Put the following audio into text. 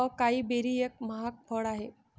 acai berry एक महाग फळ आहे